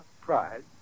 pride